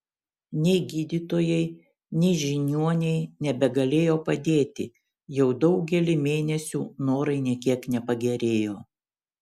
nei gydytojai nei žiniuoniai nebegalėjo padėti jau daugelį mėnesių norai nė kiek nepagerėjo